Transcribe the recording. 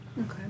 Okay